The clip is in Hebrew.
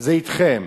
זה אתכם,